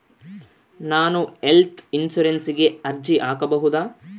ನಾನು ಹೆಲ್ತ್ ಇನ್ಶೂರೆನ್ಸಿಗೆ ಅರ್ಜಿ ಹಾಕಬಹುದಾ?